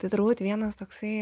tai turbūt vienas toksai